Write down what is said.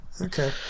Okay